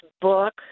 book